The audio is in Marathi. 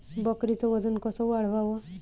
बकरीचं वजन कस वाढवाव?